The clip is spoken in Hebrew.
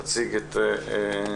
תציג את מרכולתך.